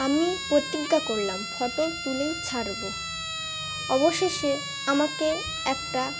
আমি প্রতিজ্ঞা করলাম ফটো তুলে ছাড়বো অবশেষে আমাকে একটা